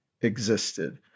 existed